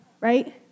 right